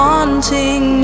Wanting